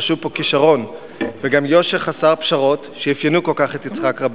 יידרשו פה כשרון וגם יושר חסר פשרות שאפיינו כל כך את יצחק רבין,